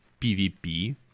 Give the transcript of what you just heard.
PVP